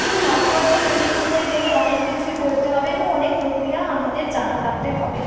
কিন্তু ভাস্কর্য তৈরি করতে গেলে অনেক কিছুই করতে হবে এবং অনেক প্রক্রিয়া আমাদের জানা থাকতে হবে